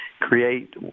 create